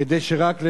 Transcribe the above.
כדי שרק,